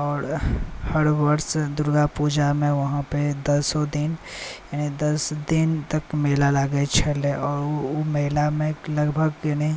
आओर हर वर्ष दुर्गा पूजामे वहाँ पे दसो दिन तक मेला लागैत छलै और ओ मेलामे लगभग